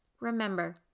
Remember